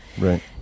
right